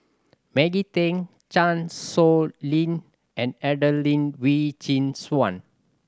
Maggie Teng Chan Sow Lin and Adelene Wee Chin Suan